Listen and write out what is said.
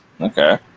Okay